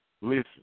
Listen